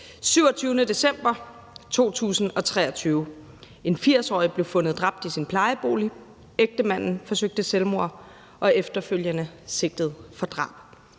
27. december 2023: En 80-årig blev fundet dræbt i sin plejebolig. Ægtemanden forsøgte at begå selvmord og blev efterfølgende sigtet for drab.